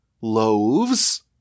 loaves